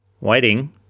Waiting